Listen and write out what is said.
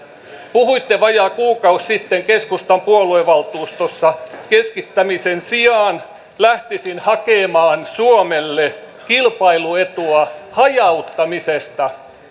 puhuitte vajaa kuukausi sitten keskustan puoluevaltuustossa keskittämisen sijaan lähtisin hakemaan suomelle kilpailuetua hajauttamisesta